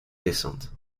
descente